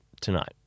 tonight